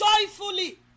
joyfully